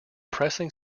pressing